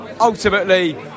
ultimately